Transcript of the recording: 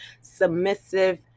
submissive